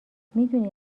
میدونی